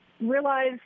realize